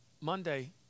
Monday